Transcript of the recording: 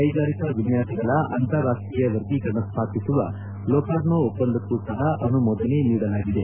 ಕೈಗಾರಿಕಾ ವಿನ್ಯಾಸಗಳ ಅಂತಾರಾಷ್ಟೀಯ ವರ್ಗೀಕರಣ ಸ್ಥಾಪಿಸುವ ಲೊಕಾರ್ನೋ ಒಪ್ಪಂದಕ್ಕೂ ಸಪ ಅನುಮೋದನೆ ನೀಡಿದೆ